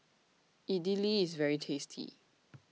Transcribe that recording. Idili IS very tasty